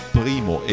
primo